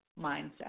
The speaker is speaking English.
mindset